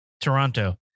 Toronto